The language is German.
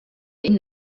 ihnen